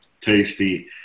tasty